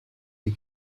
you